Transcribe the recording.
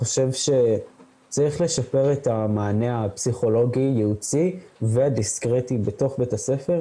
צריך לשפר את המענה הפסיכולוגי ייעוצי ודיסקרטי בתוך בית הספר,